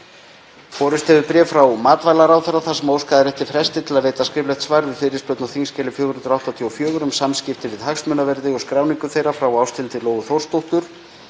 Borist hefur bréf frá matvælaráðherra þar sem óskað er eftir fresti til að veita skriflegt svar við fyrirspurn á þskj. 484, um samskipti við hagsmunaverði og skráningu þeirra, frá Ásthildi Lóu Þórsdóttur.